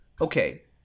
Okay